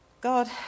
God